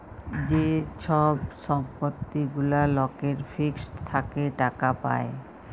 যে ছব সম্পত্তি গুলা লকের ফিক্সড থ্যাকে টাকা পায়